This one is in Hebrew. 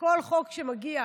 כשכל חוק שמגיע